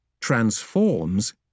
transforms